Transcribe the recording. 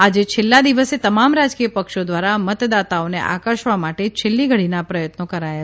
આજે છેલ્લા દિવસે તમામ રાજકીય પક્ષો દ્વારા મતદાતાઓને આકર્ષવા માટે છેલ્લી ઘડીના પ્રયત્નો કરાયા